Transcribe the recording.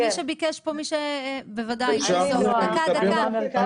אני מהמרכז